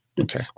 Okay